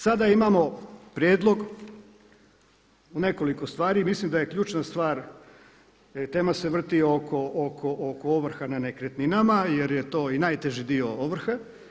Sada imamo prijedlog u nekoliko stvari i mislim da je ključna stvar, tema se vrti oko ovrha na nekretninama jer je to i najteži dio ovrhe.